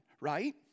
right